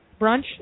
brunch